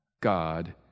God